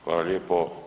Hvala lijepo.